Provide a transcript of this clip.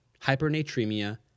hypernatremia